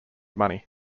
money